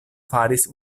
faris